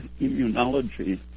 immunology